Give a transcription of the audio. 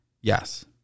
Yes